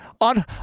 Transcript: on